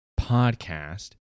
podcast